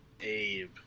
Abe